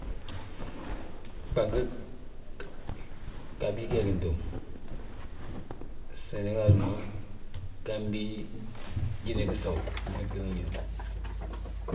Gbangi ghabi, gee gi ntów, Senegal ma, Gambi, Jine bisawo gmaa gtidi ma gi.